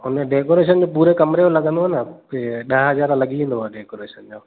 हुन डेकोरेशन जो पूरो कमरे जो लॻंदो न इए ॾह हज़ार लॻी वेंदव डेकोरेशन जा